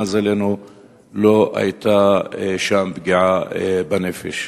למזלנו לא היתה שם פגיעה בנפש.